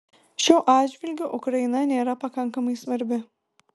šiuo atžvilgiu ukraina nėra pakankamai svarbi